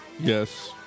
Yes